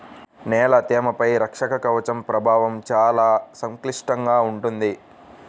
నేల తేమపై రక్షక కవచం ప్రభావం చాలా సంక్లిష్టంగా ఉంటుంది